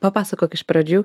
papasakok iš pradžių